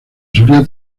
solía